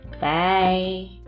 Bye